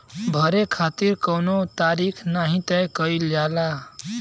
भरे खातिर कउनो तारीख नाही तय कईल जाला